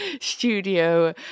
studio